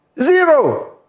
Zero